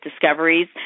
discoveries